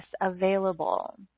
available